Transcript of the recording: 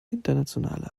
internationale